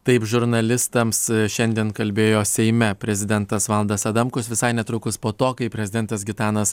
taip žurnalistams šiandien kalbėjo seime prezidentas valdas adamkus visai netrukus po to kai prezidentas gitanas